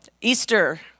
Easter